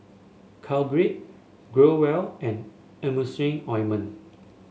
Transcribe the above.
Caltrate Growell and Emulsying Ointment